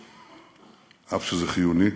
אף שזה חיוני.